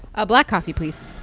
a black coffee, please